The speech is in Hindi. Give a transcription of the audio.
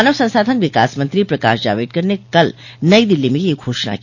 मानव संसाधन विकास मंत्री प्रकाश जावड़ेकर ने कल नई दिल्ली में ये घोषणा की